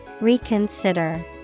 reconsider